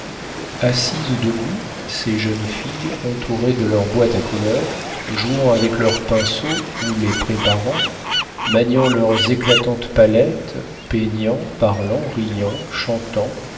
assises ou debout ces jeunes filles entourées de leurs boîtes à couleurs jouant avec leurs pinceaux ou les préparant maniant leurs éclatantes palettes peignant parlant riant chantant